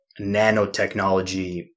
nanotechnology